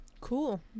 Cool